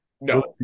No